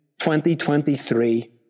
2023